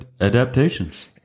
adaptations